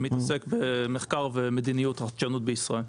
שמתעסק במחקר ומדיניות החדשנות בישראל.